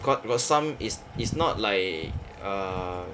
court but some it's it's not like err